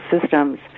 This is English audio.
systems